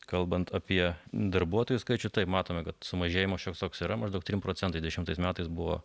kalbant apie darbuotojų skaičių tai matome kad sumažėjimas šioks toks yra maždaug trisdešimt procentų dešimtais metais buvo